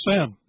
sin